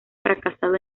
fracasado